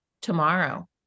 tomorrow